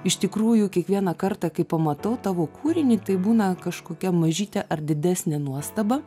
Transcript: iš tikrųjų kiekvieną kartą kai pamatau tavo kūrinį tai būna kažkokia mažytė ar didesnė nuostaba